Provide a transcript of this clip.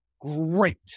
Great